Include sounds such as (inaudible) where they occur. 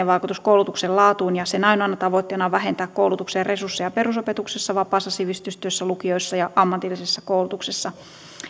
(unintelligible) vaikutus koulutuksen laatuun ja sen ainoana tavoitteena on vähentää koulutuksen resursseja perusopetuksessa vapaassa sivistystyössä lukioissa ja ammatillisessa koulutuksessa